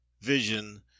vision